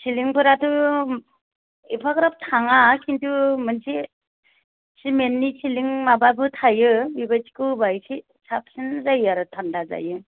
सिलिंफोराथ' एफाग्राब थाङा खिनथु मोनसे सिमेननि सिलिं माबाबो थायो बेबादिखौ होबा एसे साबसिन जायो आरो थानदा जायो